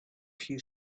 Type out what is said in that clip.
few